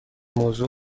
موضوع